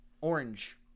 orange